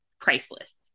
priceless